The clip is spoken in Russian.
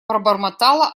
пробормотала